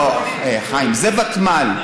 חיים, זה ותמ"ל.